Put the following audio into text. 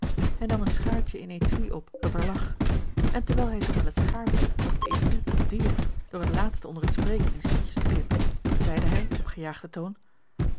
hij nam een schaartje in étui op dat er lag en terwijl hij zoowel het schaartje als het étui bedierf door het laatste onder het spreken in stukjes te knippen zeide hij op gejaagde toon